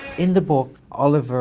in the book, oliver